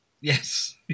yes